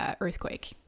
earthquake